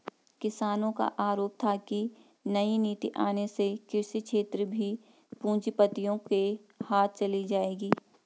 किसानो का आरोप था की नई नीति आने से कृषि क्षेत्र भी पूँजीपतियो के हाथ चली जाएगी